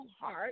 heart